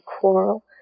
quarrel